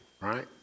right